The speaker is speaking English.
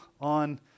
on